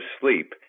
sleep